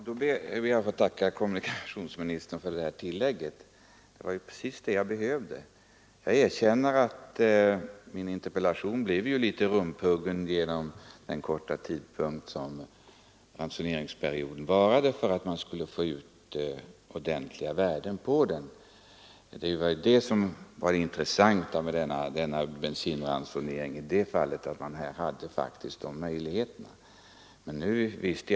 Fru talman! Jag ber att få tacka kommunikationsministern för detta tillägg. Det var ju precis det jag behövde. På grund av att ransoneringsperioden blev så kort erkänner jag att det blir svårare att få fram korrekta resultat av den utvärdering som jag frågade om i min interpellation. Men det intressanta är att man utnyttjar de möjligheter som bensinransoneringen härvidlag ger.